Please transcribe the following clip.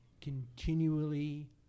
continually